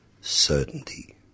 certainty